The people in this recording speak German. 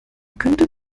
könnte